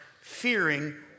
fearing